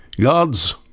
God's